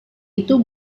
itu